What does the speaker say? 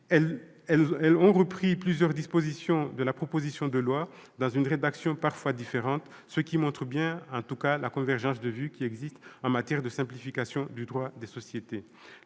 ont repris plusieurs dispositions de la proposition de loi, dans une rédaction parfois différente, ce qui montre bien, en tout cas, la convergence de vues qui existe en matière de simplification du droit des sociétés.